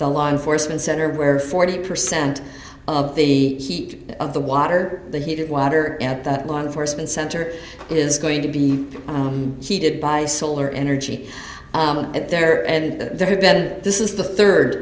the law enforcement center where forty percent of the heat of the water the heated water at that law enforcement center is going to be heated by solar energy there and there have been this is the third